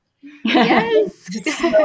Yes